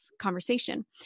conversation